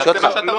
אני שואל אותך.